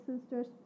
sister's